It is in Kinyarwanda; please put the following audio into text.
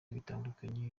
bitandukanye